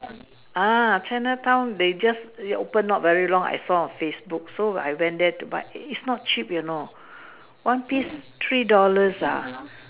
ah Chinatown they just open not very long I saw on Facebook so I went there to buy eh is not cheap you know one piece three dollars ah